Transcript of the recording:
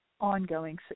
ongoing